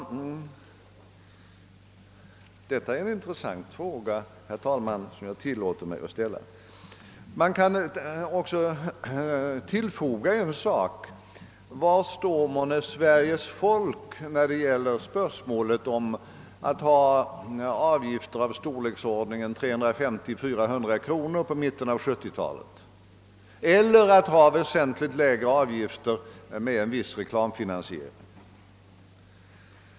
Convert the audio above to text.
Detta är en intressant fråga, herr talman, som jag tilllåter mig att ställa. Man kan vidare fråga sig var månne Sveriges folk står när det gäller spörsmålet om att antingen ha avgifter av storleksordningen 350—400 kronor om året vid mitten av 1970-talet eller ha väsentligt lägre avgifter med viss reklamfinansiering.